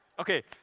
Okay